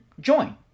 join